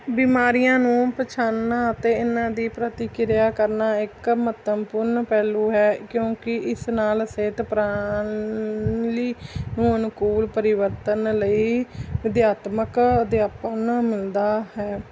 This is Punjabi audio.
ਬਿਮਾਰੀਆਂ ਨੂੰ ਪਛਾਣਨਾ ਅਤੇ ਇਹਨਾਂ ਦੀ ਪ੍ਰਤੀਕਿਰਿਆ ਕਰਨਾ ਇੱਕ ਮਹੱਤਵਪੂਰਨ ਪਹਿਲੂ ਹੈ ਕਿਉਂਕਿ ਇਸ ਨਾਲ ਸਿਹਤ ਪ੍ਰਾਣ ਲਈ ਅਨੁਕੂਲ ਪਰਿਵਰਤਨ ਲਈ ਅਧਿਆਤਮਕ ਅਧਿਆਪਨ ਮਿਲਦਾ ਹੈ